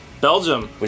Belgium